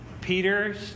Peter's